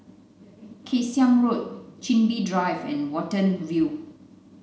Kay Siang Road Chin Bee Drive and Watten View